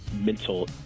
mental